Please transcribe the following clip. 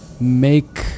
make